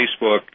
Facebook